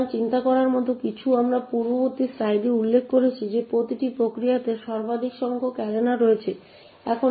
সুতরাং চিন্তা করার মতো কিছু আমরা পূর্ববর্তী স্লাইডে উল্লেখ করেছি যে প্রতিটি প্রক্রিয়াতে সর্বাধিক সংখ্যক অ্যারেনা রয়েছে